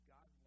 God